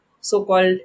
so-called